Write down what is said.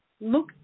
look